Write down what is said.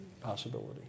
possibility